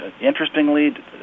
interestingly